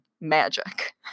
magic